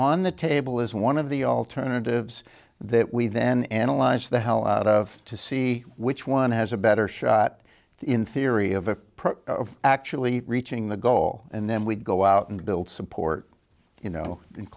on the table is one of the alternatives that we then analyze it's the hell out of to see which one has a better shot in theory of actually reaching the goal and then we go out and build support you know